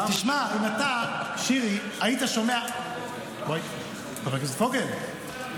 תשמע, אם אתה, שירי, היית שומע, חבר הכנסת פוגל,